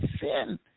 sin